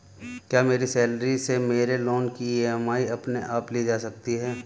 क्या मेरी सैलरी से मेरे लोंन की ई.एम.आई अपने आप ली जा सकती है?